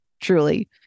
truly